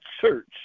church